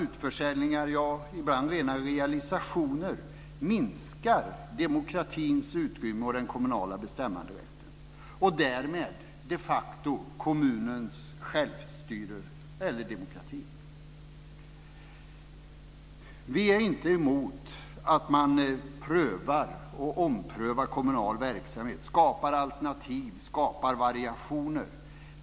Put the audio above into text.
Utförsäljningar, ibland rena realisationer, minskar demokratins utrymme och den kommunala bestämmanderätten och därmed, de facto, kommunens självstyre eller demokrati. Vi är inte emot att man prövar och omprövar kommunal verksamhet, skapar alternativ och variationer.